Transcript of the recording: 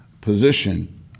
position